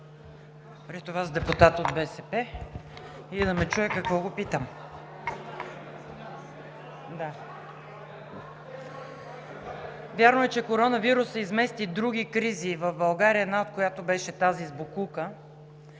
Вярно е, че коронавирусът измести другите кризи в България, една от които беше тази с боклука,